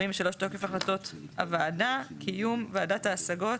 תוקף החלטות הוועדה 43. קיום ועדת ההשגות,